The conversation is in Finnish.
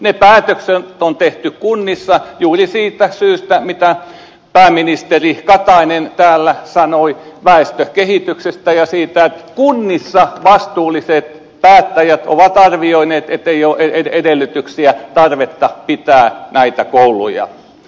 ne päätökset on tehty kunnissa juuri siitä syystä mitä pääministeri katainen täällä sanoi väestökehityksestä ja siitä että kunnissa vastuulliset päättäjät ovat arvioineet että ei ole edellytyksiä tarvetta pitää näitä kouluja